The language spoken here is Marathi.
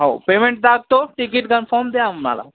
हो पेमेंट टाकतो तिकीट कन्फर्म द्या आम्हाला